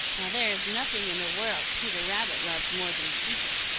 now there is nothing in the world peter rabbit loves more than a secret.